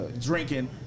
drinking